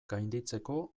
gainditzeko